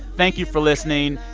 thank you for listening.